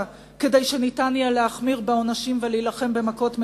כדי שניתן יהיה להחמיר בעונשים ולהילחם במכות מדינה.